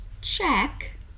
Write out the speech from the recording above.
Check